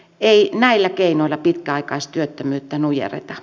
ei näillä keinoilla pitkäaikaistyöttömyyttä nujerreta